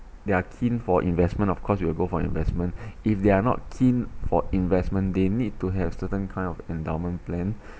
they are keen for investment of course you will go for investment if they are not keen for investment they need to have certain kind of endowment plan